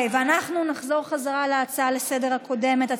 אנחנו נחזור להצעה לסדר-היום הקודמת,